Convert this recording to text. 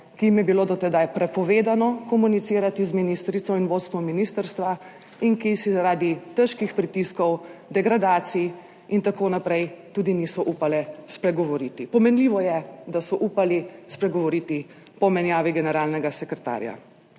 ki jim je bilo do tedaj prepovedano komunicirati z ministrico in vodstvom ministrstva in ki si zaradi težkih pritiskov, degradacij in tako naprej tudi niso upale spregovoriti. Pomenljivo je, da so upali spregovoriti po menjavi generalnega sekretarja.